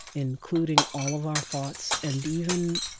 including all of our thoughts and even